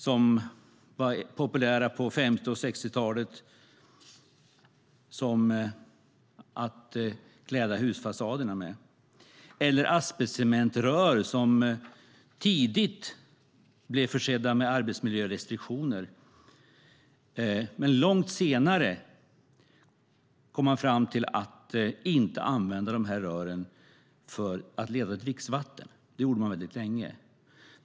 Sådana var populära att klä husfasader med på 50 och 60-talen. Asbestcementrör blev tidigt försedda med arbetsmiljörestriktioner. Långt senare kom man fram till att inte använda de här rören för att leda dricksvatten. Det gjorde man väldigt länge.